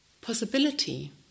possibility